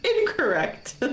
incorrect